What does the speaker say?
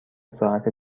ساعت